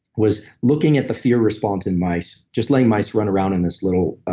was looking at the fear response in mice, just letting mice run around in this little